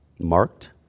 marked